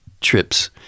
trips